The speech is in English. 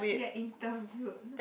you get in the group